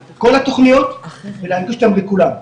את כל התוכניות ולהנגיש את כולם,